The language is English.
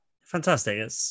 Fantastic